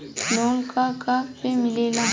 Loan का का पे मिलेला?